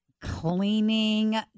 cleaning